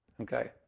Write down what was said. Okay